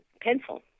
pencil